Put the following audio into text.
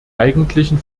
eigentlichen